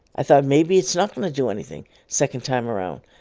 i thought maybe it's not going to do anything, second time around,